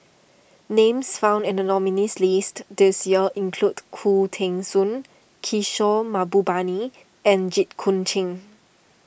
names found in the nominees' list this year include Khoo Teng Soon Kishore Mahbubani and Jit Koon Ch'ng